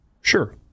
Sure